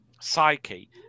psyche